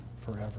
forever